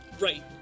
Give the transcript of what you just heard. Right